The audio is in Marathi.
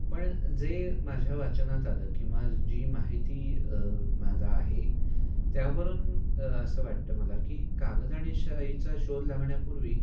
पण जे माझ्या वाचनात आलं किंवा जी माहिती मला आहे त्यावरून असं वाटतं मला की कागद आणि शाईचा शोध लागण्यापूर्वी